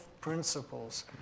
principles